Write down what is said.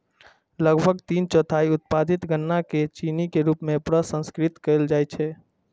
लगभग तीन चौथाई उत्पादित गन्ना कें चीनी के रूप मे प्रसंस्कृत कैल जाइ छै